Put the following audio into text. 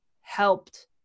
helped